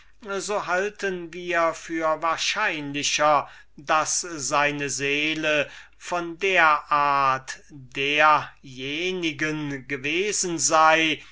so halten wir für wahrscheinlicher daß seine seele von der art derjenigen gewesen sei